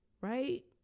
right